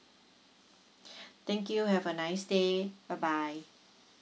thank you have a nice day bye bye